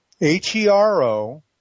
H-E-R-O